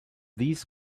these